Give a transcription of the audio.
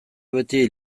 beti